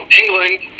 england